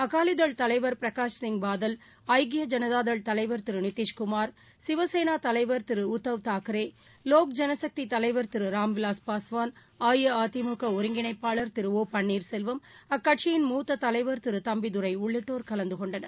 அகாலிதள் தலைவர் பிரகாஷ்சிய் பாதல் ஜனதாதள் தலைவர் திருநிதிஷ்குமார் சிவசேனாதலைவர் திருஉத்தவ் தாக்கரே ஐக்கிய வோக் ஜனக்திதலைவர் திருராம்விவாஸ் பாஸ்வான் அஇஅதிமுகஒருங்கிணைப்பாளர் திரு ஓ பன்னீர்செல்வம் அக்கட்சியின் மூத்ததலைவர் திருதம்பிதுரைஉள்ளிட்டோர் கலந்துகொண்டனர்